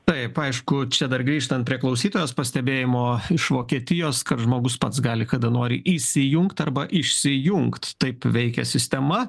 taip aišku čia dar grįžtant prie klausytojos pastebėjimo iš vokietijos kad žmogus pats gali kada nori įsijungt arba išsijungt taip veikia sistema